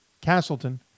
castleton